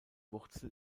wurzel